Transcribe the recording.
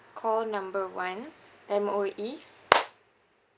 call number one M_O_E